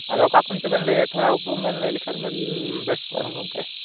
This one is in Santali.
ᱟᱫᱚ ᱚᱠᱟ ᱠᱷᱚᱱ ᱪᱚᱵᱮᱱ ᱞᱟᱹᱭᱮᱫ ᱛᱷᱚᱲᱟ ᱩᱯᱨᱩᱢ ᱵᱮᱱ ᱞᱟᱹᱭ ᱞᱮᱠᱷᱟᱱ ᱵᱮᱱ ᱵᱮᱥ ᱠᱚᱜᱼᱟ ᱜᱚᱝᱠᱮ